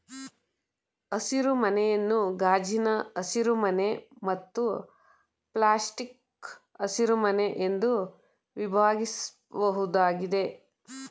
ಹಸಿರುಮನೆಯನ್ನು ಗಾಜಿನ ಹಸಿರುಮನೆ ಮತ್ತು ಪ್ಲಾಸ್ಟಿಕ್ಕು ಹಸಿರುಮನೆ ಎಂದು ವಿಭಾಗಿಸ್ಬೋದಾಗಿದೆ